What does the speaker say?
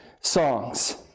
songs